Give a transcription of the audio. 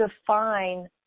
define